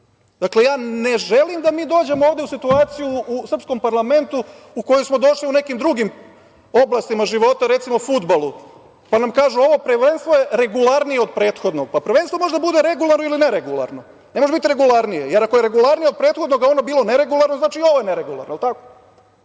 ja ne želim da mi dođemo u situaciju u srpskom parlamentu u koju smo došli u nekim drugim oblastima života, recimo fudbalu, pa nam kažu – ovo prvenstvo je regularnije od prethodnog. Prvenstvo može da bude regularno ili neregularno, ne može biti regularnije, jer ako je regularnije od prethodnog, a ono bilo neregularno, znači i ovo je neregularno.